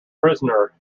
prisoner